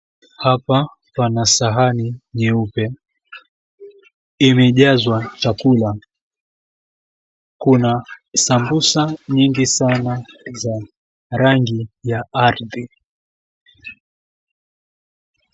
Hapa pana sahani nyeupe, imejazwa chakula. Kuna sambusa nyingi sana za rangi ya ardhi.